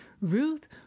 Ruth